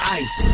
ice